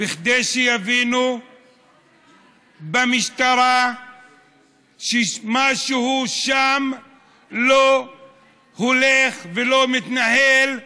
כדי שיבינו במשטרה שמשהו שם לא הולך ולא מתנהל כדין?